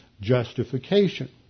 justification